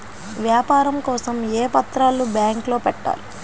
వ్యాపారం కోసం ఏ పత్రాలు బ్యాంక్లో పెట్టాలి?